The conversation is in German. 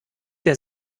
der